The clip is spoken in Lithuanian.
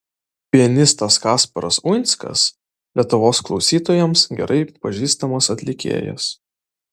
pianistas kasparas uinskas lietuvos klausytojams gerai pažįstamas atlikėjas